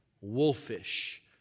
wolfish